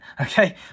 Okay